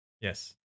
Yes